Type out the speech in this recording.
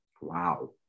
Wow